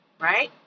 right